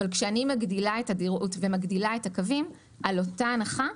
אבל כשאני מגדילה את התדירות ומגדילה את הקווים על אותה הנחה,